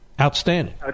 Outstanding